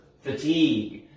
fatigue